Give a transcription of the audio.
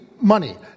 money